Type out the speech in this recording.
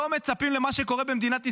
לא מצפים למה שקורה במדינת ישראל.